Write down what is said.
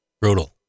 Brutal